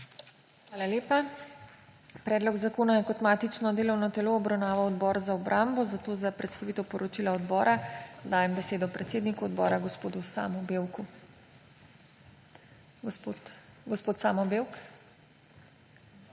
Hvala lepa. Predlog zakona je kot matično delovno telo obravnaval Odbor za obrambo, zato za predstavitev poročila odbora dajem besedo predsedniku odbora, gospodu Samu Bevku. Izvolite.